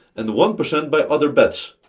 and one percent by other bets.